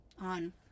on